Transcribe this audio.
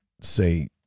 say